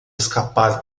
escapar